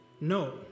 No